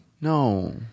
No